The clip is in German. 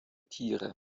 tiere